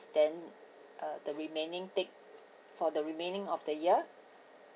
then uh the remaining take for the remaining of the year